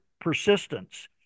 persistence